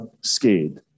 scared